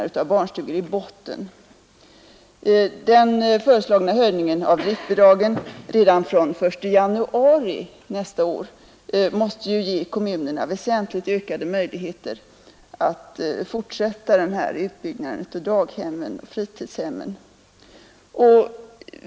Den föreslagna höjningen av driftbidragen redan från den 1 januari nästa år måste ju ge kommunerna väsentligt ökat stöd.